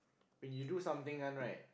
when you do something one right